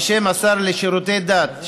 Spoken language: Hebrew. בשם השר לשירותי דת,